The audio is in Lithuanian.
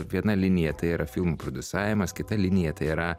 viena linija tai yra filmų prodiusavimas kita linija tai yra